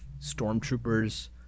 stormtroopers